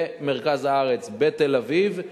במרכז הארץ, בתל-אביב.